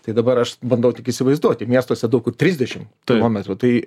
tai dabar aš bandau tik įsivaizduoti miestuose daug kur trisdešim kilometrų tai